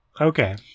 Okay